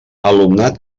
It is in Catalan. alumnat